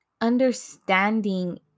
understanding